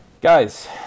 Guys